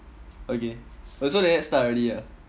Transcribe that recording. okay oh so like that start already ah